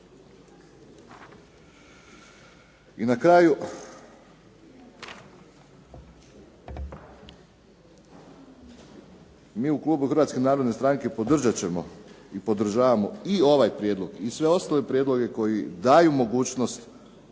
I na kraju mi u klubu Hrvatske narodne stranke podržat ćemo i podržavamo i ovaj prijedlog i sve ostale prijedloge koji daju mogućnost